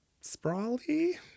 sprawly